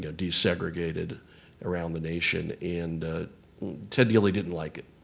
desegregated around the nation. and ted dealey didn't like it.